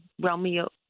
Romeo